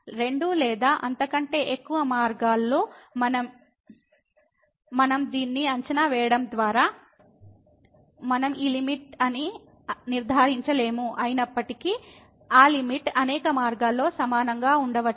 రెండు లేదా అంతకంటే ఎక్కువ మార్గాల్లో మనం ని అంచనా వేయడం ద్వారా మనం ఈ లిమిట్ అని నిర్ధారించలేము అయినప్పటికీ ఆ లిమిట్ అనేక మార్గాల్లో సమానంగా ఉండవచ్చు